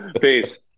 Peace